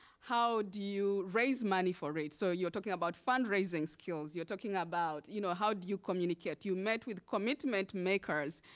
how do you raise money for it. so you're talking about fundraising skills. you're talking about you know how do you communicate. you met with commitment-makers,